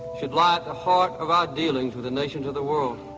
should lie at the heart of our dealings with the nations of the world.